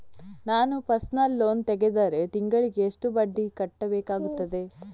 ನಾನು personal loan ತೆಗೆದರೆ ತಿಂಗಳಿಗೆ ಎಷ್ಟು ಬಡ್ಡಿ ಕಟ್ಟಬೇಕಾಗುತ್ತದೆ?